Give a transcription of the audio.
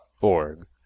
org